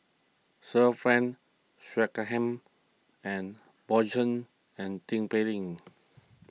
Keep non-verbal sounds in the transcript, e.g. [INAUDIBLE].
Sir Frank [UNINTELLIGIBLE] and Bjorn Shen and Tin Pei Ling